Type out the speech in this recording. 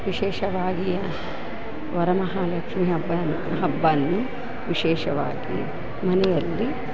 ವಿಶೇಷವಾಗಿಯ ವರಮಹಾಲಕ್ಷ್ಮಿ ಹಬ್ಬ ಹಬ್ಬ ವಿಶೇಷವಾಗಿ ಮನೆಯಲ್ಲಿ